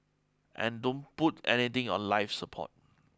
and don't put anything on life support